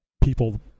people